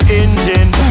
engine